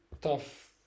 tough